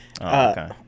Okay